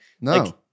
No